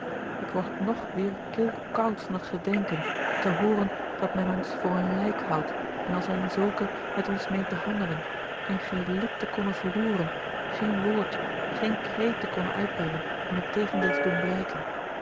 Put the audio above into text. ik word nog weêr kilkoud van het gedenken te hooren dat men ons voor een lijk houdt en als een zulke met ons meent te handelen en geen lid te konnen verroeren geen woord geen kreet te konnen uitbrengen om het tegendeel te doen blijken